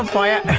um client?